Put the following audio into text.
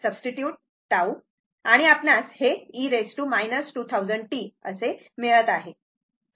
substitute tau आणि आपणास e 2000t असे मिळते